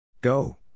Go